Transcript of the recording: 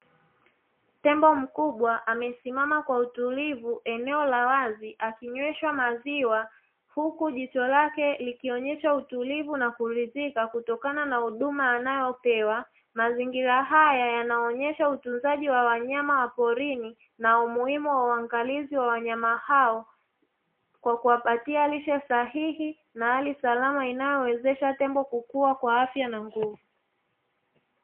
Tembo mkubwa amesimama kwa utulivu eneo la wazi akinyweshwa maziwa, huku jicho lake likionyesha utulivu kwa kuridhika kutokana na huduma anayopewa mazingira haya yanaonesha utunzaji wa wanyama wa porini na umuhimu wa uangalizi wa wanyama hao kwa kuwapatia lishe sahihi na hali salama inayowezesha tembo kukua kwa afya na nguvu.